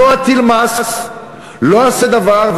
לא אטיל מס, לא אעשה דבר.